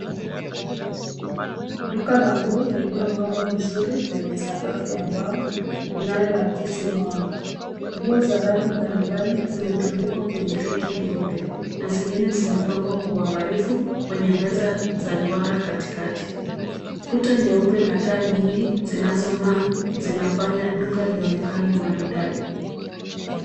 Duka la nguo lililopangwa vizuri lenye sakafu ya mbao inayoakisi mwanga. Nguo za rangi mbalimbali zimetundikwa kwenye reki nyeupe na zingine zimepangwa kwa uangalifu kwenye meza za duara katikati. Kuta nyeupe na taa nyingi zinazong'aa zinafanya duka lionekane maridadi.